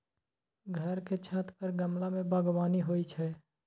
घर के छत पर गमला मे बगबानी होइ छै